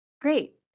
Great